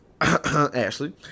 ashley